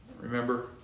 Remember